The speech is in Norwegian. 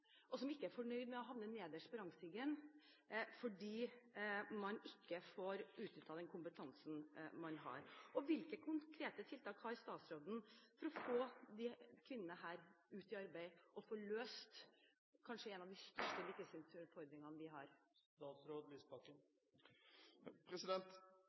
og som ikke er fornøyd med å havne nederst på rangstigen fordi man ikke får utnyttet den kompetansen man har. Hvilke konkrete tiltak har statsråden for å få disse kvinnene ut i arbeid og få løst kanskje en av største likestillingsutfordringene vi har?